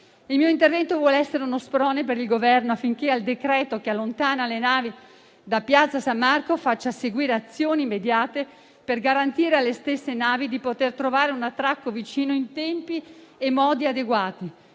Il mio intervento vuole essere uno sprone per il Governo affinché al decreto che allontana le navi da piazza San Marco faccia seguire azioni immediate, per garantire alle stesse navi di riuscire a trovare un attracco vicino in tempi e modi adeguati